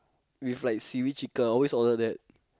with like seaweed chicken always order that